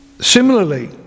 similarly